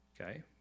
Okay